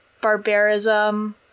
barbarism